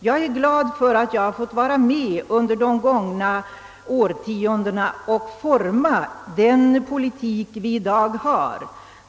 Jag är glad för att jag under de gångna årtiondena fått vara med om att for ma den politik vi i dag för.